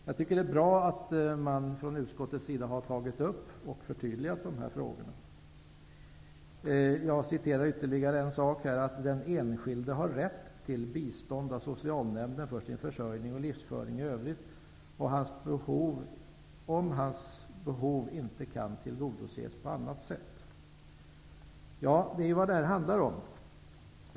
Jag tycker att det är bra att utskottet har tagit upp och förtydligat de här frågorna. Jag citerar ytterligare en mening: ''Den enskilde har rätt till bistånd av socialnämnden för sin försörjning och livsföring i övrigt, om hans behov inte kan tillgodoses på annat sätt.'' Det är vad detta handlar om.